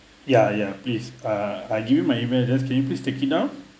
ya ya please uh I give you my email address can you please take it now